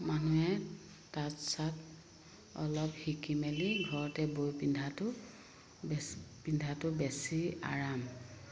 মানুহে তাঁত চাত অলপ শিকি মেলি ঘৰতে বৈ পিন্ধাটো বেছ পিন্ধাটো বেছি আৰাম